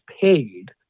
paid